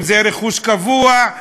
אם זה רכוש קבוע,